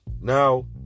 Now